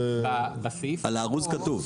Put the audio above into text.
על הארוז כתוב.